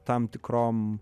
tam tikrom